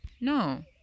no